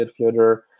midfielder